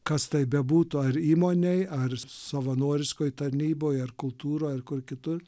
kas tai bebūtų ar įmonėj ar savanoriškoj tarnyboj ar kultūroje ar kur kitur